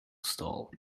stall